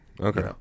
Okay